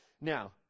Now